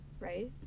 Right